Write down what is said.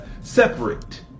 separate